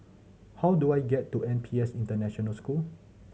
how do I get to N P S International School